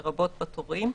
לרבות בתורים,